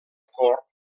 cort